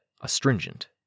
astringent